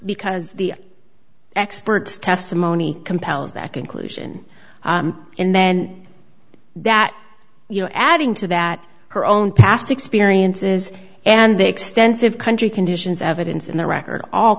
because the expert testimony compels that conclusion in men that you know adding to that her own past experiences and the extensive country conditions evidence in the record all